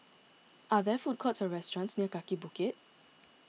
are there food courts or restaurants near Kaki Bukit